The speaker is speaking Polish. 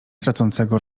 tracącego